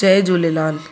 Jay Jhulelal